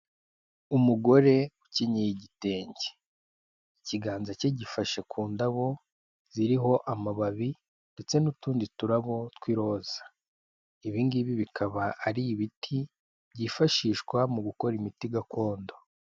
Umugore ukenyeye igitenge. Ikiganza cye gifashe ku ndabo ziriho amababi ndetse n'utundi turabo tw'iroza, ibingibi bikaba ari ibiti byifashishwa mu gukora imiti gakondo.